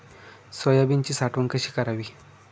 सोयाबीनची साठवण कशी करावी?